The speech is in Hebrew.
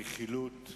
ברכילות,